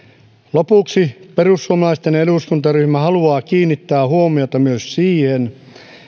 lopuksi perussuomalaisten eduskuntaryhmä haluaa kiinnittää huomiota myös siihen